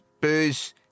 booze